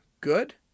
good